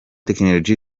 technology